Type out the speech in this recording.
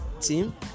team